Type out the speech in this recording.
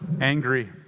angry